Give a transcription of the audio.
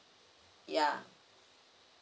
ya